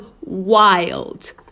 wild